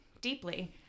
deeply